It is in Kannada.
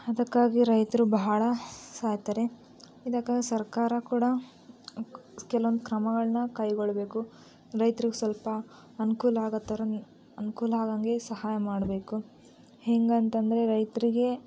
ಅದಕ್ಕಾಗಿ ರೈತರು ಬಹಳ ಸಾಯ್ತಾರೆ ಇದಕ್ಕಾಗಿ ಸರ್ಕಾರ ಕೂಡ ಕೆಲ್ವೊಂದು ಕ್ರಮಗಳನ್ನ ಕೈಗೊಳ್ಳಬೇಕು ರೈತ್ರಿಗೆ ಸ್ವಲ್ಪ ಅನುಕೂಲ ಆಗೋ ಥರ ಅನುಕೂಲ ಆಗೋಂಗೆ ಸಹಾಯ ಮಾಡಬೇಕು ಹೇಗ್ ಅಂತಂದರೆ ರೈತರಿಗೇ